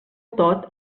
tot